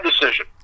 decision